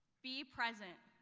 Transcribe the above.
be present.